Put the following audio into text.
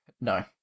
No